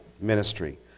ministry